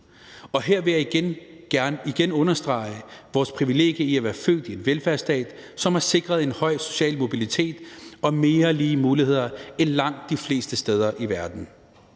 Her vil jeg gerne igen understrege vores privilegium i at være født i en velfærdsstat, som har sikret en høj social mobilitet og mere lige muligheder end langt de fleste steder i verden.